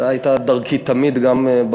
זו הייתה דרכי תמיד, גם,